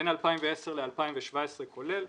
בין 2010 ל-2017 כולל.